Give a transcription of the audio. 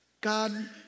God